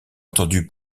entendu